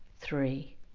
three